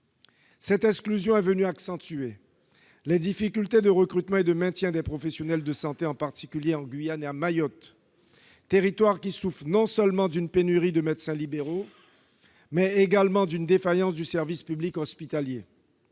Cette exclusion est venue accentuer les difficultés de recrutement et de maintien des professionnels de santé, en particulier en Guyane et à Mayotte, territoires qui souffrent non seulement d'une pénurie de médecins libéraux, mais également d'une défaillance du service public hospitalier.